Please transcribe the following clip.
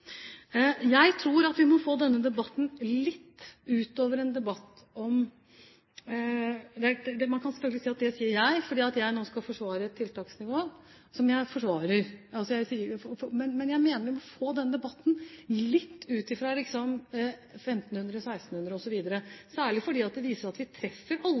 Jeg tror at vi må få denne debatten litt utover – man kan selvfølgelig si at det sier jeg fordi jeg nå skal forsvare et tiltaksnivå, som jeg forsvarer – en debatt om 1 500 eller 1 600 plasser, osv., særlig fordi dette viser at vi aldri treffer helt. Dette er jo gjennomsnittspriser og gjennomsnittstall, og det er gjennomstrømninger. Det